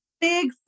big